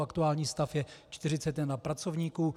Aktuální stav je 41 pracovníků.